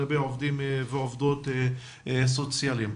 כלפי העובדים והעובדות הסוציאליים.